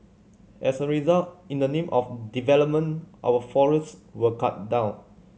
as a result in the name of development our forests were cut down